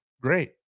great